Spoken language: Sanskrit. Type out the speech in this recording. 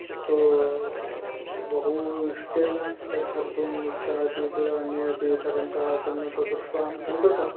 तत्तु बहु इष्टेन तद्धर्तुम् इच्छा आसीत् अन्ये अपि धरन्तः सन् तद्दृष्ट्वा अहं स्वीकृतवान्